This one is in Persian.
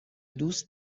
دوست